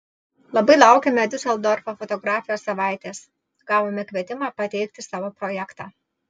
labai laukiame diuseldorfo fotografijos savaitės gavome kvietimą pateikti savo projektą